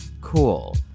Cool